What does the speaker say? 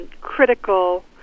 critical